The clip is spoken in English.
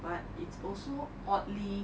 but it's also oddly